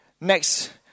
next